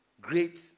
great